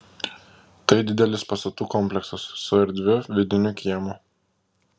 tai didelis pastatų kompleksas su erdviu vidiniu kiemu